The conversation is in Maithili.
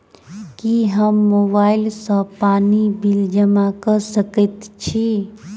की हम मोबाइल सँ पानि बिल जमा कऽ सकैत छी?